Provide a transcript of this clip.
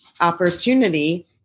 opportunity